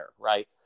right